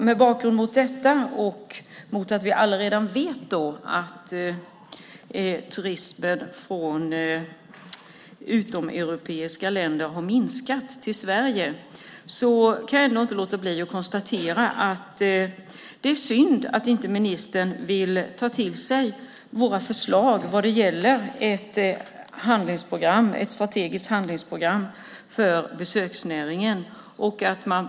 Mot bakgrund av att vi allaredan vet att antalet turister från utomeuropeiska länder till Sverige har minskat kan jag ändå inte låta bli att konstatera att det är synd att ministern inte vill ta till sig våra förslag vad gäller ett strategiskt handlingsprogram för besöksnäringen.